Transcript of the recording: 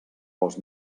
vols